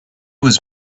was